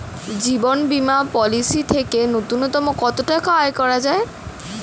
জীবন বীমা পলিসি থেকে ন্যূনতম কত টাকা আয় করা যায়?